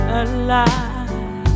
alive